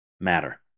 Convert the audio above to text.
matter